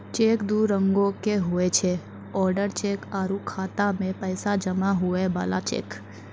cheque दू रंगोके हुवै छै ओडर चेक आरु खाता मे पैसा जमा हुवै बला चेक